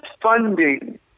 funding